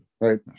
Right